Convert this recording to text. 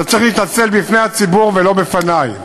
אתה צריך להתנצל בפני הציבור ולא בפני,